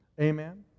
Amen